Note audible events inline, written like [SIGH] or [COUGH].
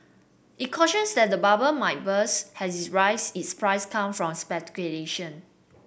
it cautions that the bubble [UNINTELLIGIBLE] burst has its rise is price come from speculation